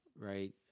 right